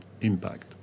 impact